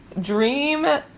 dream